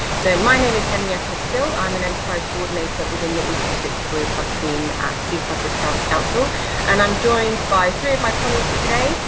so my name is henrietta still, i'm an enterprise coordinator within the east sussex careers hub team at east sussex county council and i'm joined by three of my colleagues today,